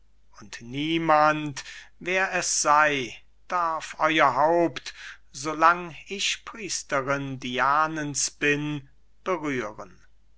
und niemand wer es sei darf euer haupt so lang ich priesterin dianens bin berühren